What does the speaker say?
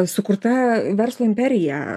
sukurta verslo imperija